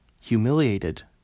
humiliated